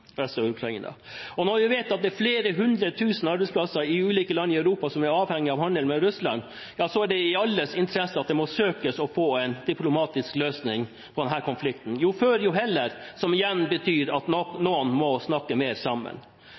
Og når vi vet at det er flere hundretusener av arbeidsplasser i ulike land i Europa som er avhengig av handel med Russland, er det i alles interesse å søke å få en diplomatisk løsning på denne konflikten – jo før jo heller, noe som igjen betyr at noen må snakke mer sammen.